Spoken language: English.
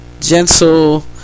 gentle